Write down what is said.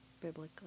biblically